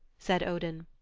said odin.